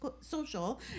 Social